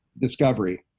discovery